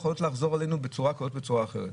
יכולות לחזור אלינו בצורה כזאת או בצורה אחרת.